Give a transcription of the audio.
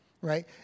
right